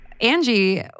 Angie